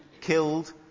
killed